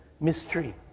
mystery